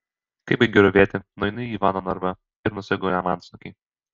kai baigiu ravėti nueinu į ivano narvą ir nusegu jam antsnukį